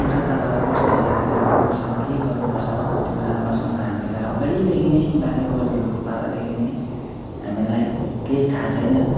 कुखुरा चल्लालाई कस्तो हिसाबले राख्नुपर्छ के गर्नुपर्छ त्यो राम्रोसँग हामीहरूलाई अगाडिदेखि नै बाजेबजूहरूको पालादेखि नै हामीहरूलाई केही थाह छैन